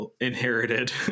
inherited